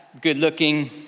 good-looking